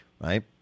right